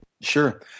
Sure